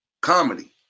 comedy